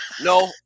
No